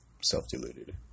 self-deluded